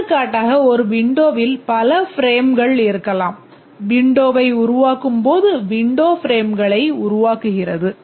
எடுத்துக்காட்டாக ஒரு விண்டோவில் பல பிரேம்கள் இருக்கலாம் விண்டோவை உருவாக்கும் போது விண்டோ பிரேம்களை உருவாக்குகிறது